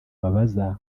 babaza